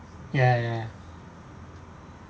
ya ya ya